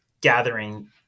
gathering